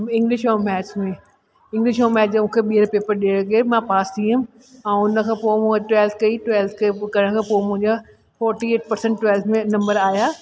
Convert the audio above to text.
English ऐं maths में English ऐं मैथ्स जो मूंखे ॿिहर पेपर ॾिए खे मां पास थी हुअमि ऐं हुन खां पोइ मूं ट्वेलथ कई ट्वेलथ करण खां पोइ मुंहिंजा फोर्टीएट परसेंट ट्वेलथ में नम्बर आहियां